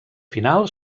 final